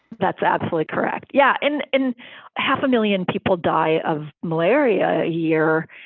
that's absolutely correct. yeah. and in half a million people die of malaria a year,